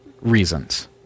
reasons